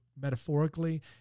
metaphorically